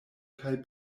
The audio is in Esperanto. kaj